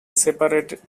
separate